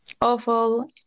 awful